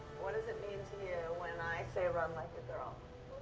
what does it mean to you when i say run like a girl?